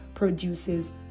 produces